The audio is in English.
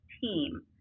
team